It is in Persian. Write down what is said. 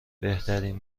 بهترین